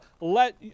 let